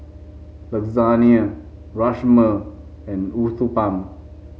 Lasagne Rajma and Uthapam